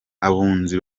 abunzi